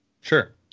Sure